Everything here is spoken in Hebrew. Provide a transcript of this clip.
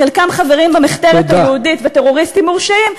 חלקם חברים במחתרת היהודית וטרוריסטים מורשעים,